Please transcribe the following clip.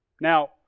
Now